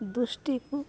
ଦୃଷ୍ଟିକୁ